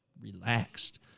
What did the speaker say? relaxed